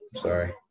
Sorry